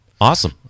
Awesome